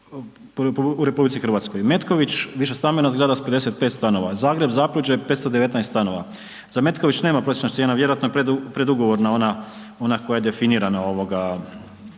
u RH. Metković, višestambena zgrada sa 55 stanova, Zagreb Zapruđe 519 stanova, za Metković nema prosječna cijena vjerojatno je predugovorna ona, ona je koja je definirana ovoga